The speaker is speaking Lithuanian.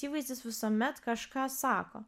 įvaizdis visuomet kažką sako